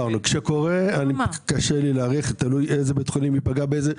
קשה לי להעריך, כי תלוי איזה בית חולים ייפגע.